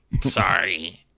Sorry